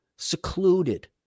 secluded